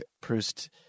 Proust